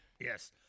Yes